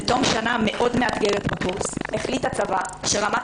בתום שנה מאתגרת מאוד בקורס החליט הצבא שרמת